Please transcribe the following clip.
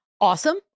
Awesome